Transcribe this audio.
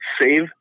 save